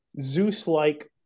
Zeus-like